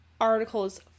Articles